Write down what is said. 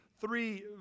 three